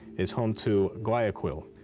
is home to guayaquil,